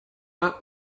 are